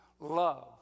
Love